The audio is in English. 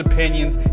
Opinions